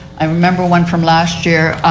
i remember one from last year.